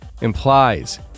implies